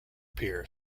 pier